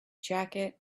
jacket